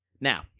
Now